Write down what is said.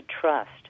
trust